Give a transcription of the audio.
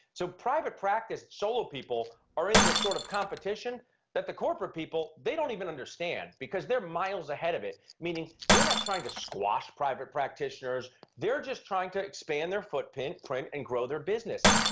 so private practice solo people are in this sort of competition that the corporate people they don't even understand because they're miles ahead of it meaning they're not trying to squash private practitioners they're just trying to expand their footprint print and grow their business,